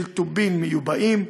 של טובין מיובאים.